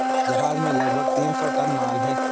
जहाज में लगभग तीन सौ टन माल है